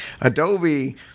Adobe